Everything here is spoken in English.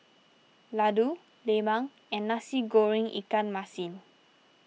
Laddu Lemang and Nasi Goreng Ikan Masin